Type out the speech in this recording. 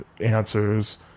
answers